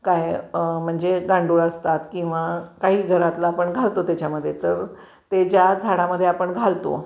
काय म्हणजे गांडूळ असतात किंवा काही घरातलं आपण घालतो त्याच्यामध्ये तर ते ज्या झाडामध्ये आपण घालतो